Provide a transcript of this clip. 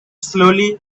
slowly